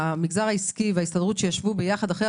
המגזר העסקי וההסתדרות ישבו יחד אחרי